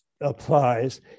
applies